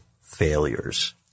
failures